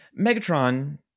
megatron